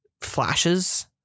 flashes